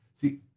See